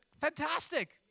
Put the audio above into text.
fantastic